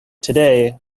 today